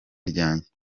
ryanjye